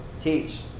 teach